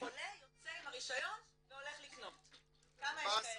שהחולה יוצא עם הרישיון והולך לקנות, כמה יש כאלה?